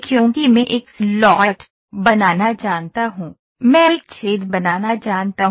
क्योंकि मैं एक स्लॉट बनाना जानता हूं मैं एक छेद बनाना जानता हूं